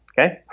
Okay